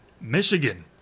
Michigan